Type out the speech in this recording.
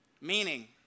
Meaning